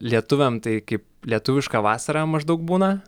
lietuviam tai kai lietuviška vasara maždaug būna